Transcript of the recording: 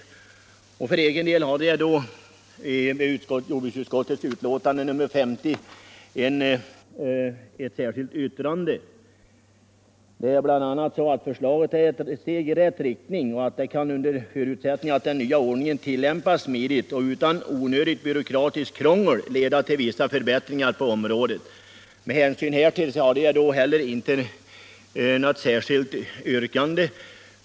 För egen del fogade jag då till jordbruksutskottets utlåtande nr 50 ett särskilt yttrande där jag bl.a. sade att förslaget är ett steg i rätt riktning och att det, under förutsättning att den nya ordningen tillämpas smidigt och utan onödigt byråkratiskt krångel, kan leda till vissa förbättringar på området. Med hänsyn härtill hade jag då inte något särskilt yrkande.